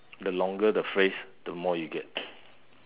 the longer the phrase the more you get